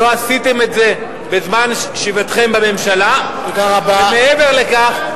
לא עשיתם את זה בזמן ישיבתכם בממשלה, ומעבר לכך,